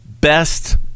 best